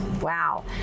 Wow